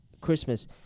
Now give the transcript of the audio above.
Christmas